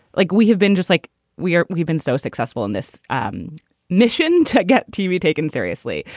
like we have been just like we are we've been so successful in this um mission to get tv taken seriously.